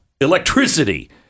electricity